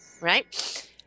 Right